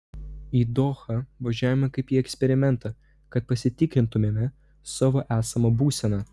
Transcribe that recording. į dohą važiavome kaip į eksperimentą kad pasitikrintumėme savo esamą būseną